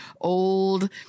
old